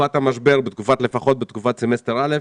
בתקופת המשבר, לפחות בתקופת סמסטר א'?